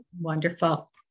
Wonderful